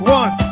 one